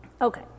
Okay